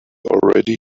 already